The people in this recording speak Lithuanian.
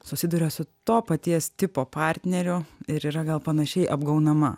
susiduria su to paties tipo partneriu ir yra gal panašiai apgaunama